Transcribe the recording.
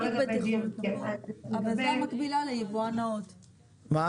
לא לגבי --- אבל זאת המקבילה ליבואן נאות,